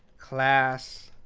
class